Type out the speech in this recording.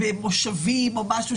במושבים או משהו,